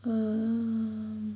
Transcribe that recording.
err